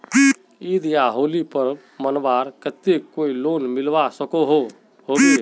ईद या होली पर्व मनवार केते कोई लोन मिलवा सकोहो होबे?